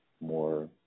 more